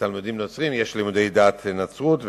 לתלמידים נוצרים יש לימודי דת הנצרות,